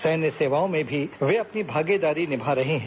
सैन्य सेवाओं में भी ये अपनी भागीदारी निभा रही हैं